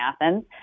Athens